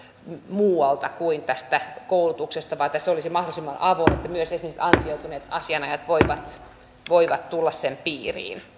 muualta kuin tästä koulutuksesta vaan että se olisi mahdollisimman avoin että myös esimerkiksi ansioituneet asianajajat voivat voivat tulla sen piiriin